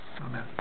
Amen